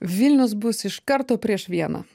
vilnius bus iš karto prieš vieną